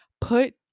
Put